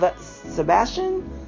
sebastian